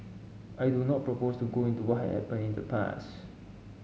I do not propose to go into what had happened in the past